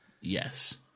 yes